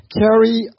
carry